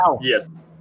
Yes